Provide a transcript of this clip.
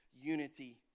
unity